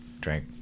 drank